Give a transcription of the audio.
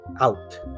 out